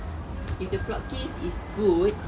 if the plot case is good